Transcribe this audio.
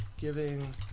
giving